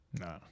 No